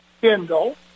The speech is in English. Kindle